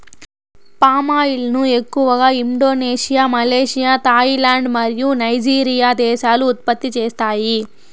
palm oil ను ఎక్కువగా Indonesia, Malaysia, Thailand మరియు నైజీరియా దేశాలు ఉత్పత్తి చేస్తాయి